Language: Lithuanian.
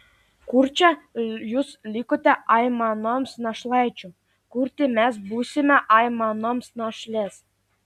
kurčia jūs likote aimanoms našlaičių kurti mes būsime aimanoms našlės